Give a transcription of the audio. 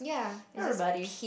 everybody